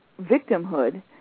victimhood